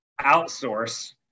outsource